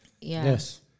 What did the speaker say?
Yes